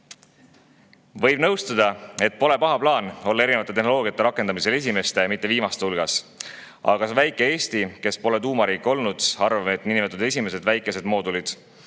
Võib nõustuda, et pole paha plaan olla erinevate tehnoloogiate rakendamisel esimeste, mitte viimaste hulgas. Aga kas väike Eesti, kes pole tuumariik olnud, arvab, et esimesed väikesed